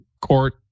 court